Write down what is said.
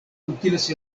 utilas